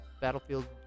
battlefield